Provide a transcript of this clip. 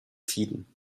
tiden